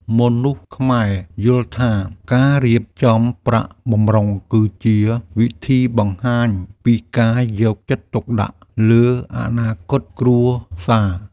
មនុស្សខ្មែរយល់ថា ការរៀបចំប្រាក់បម្រុងគឺជាវិធីបង្ហាញពីការយកចិត្តទុកដាក់លើអនាគតគ្រួសារ។